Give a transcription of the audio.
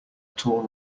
tall